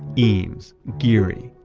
eames, gehry,